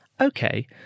Okay